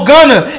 Gunner